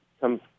come